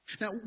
Now